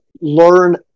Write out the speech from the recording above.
learn